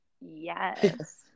yes